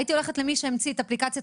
הייתי הולכת למי שהמציא את אפליקציית